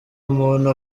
umuntu